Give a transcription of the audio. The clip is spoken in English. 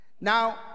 Now